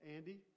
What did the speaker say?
Andy